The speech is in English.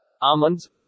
almonds